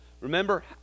Remember